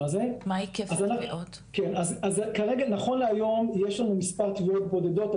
נכון להיום יש לנו מספר תביעות בודדות.